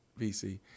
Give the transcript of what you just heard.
VC